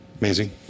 Amazing